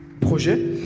projet